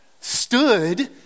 stood